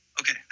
Okay